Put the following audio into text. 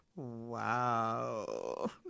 Wow